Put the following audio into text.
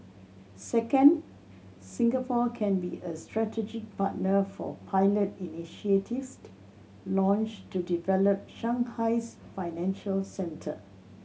second Singapore can be a strategic partner for pilot initiatives launched to develop Shanghai's financial centre